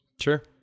Sure